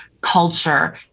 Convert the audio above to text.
culture